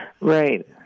Right